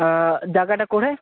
ହଁ ଜାଗାଟା କୋଉଠେ